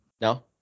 No